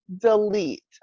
delete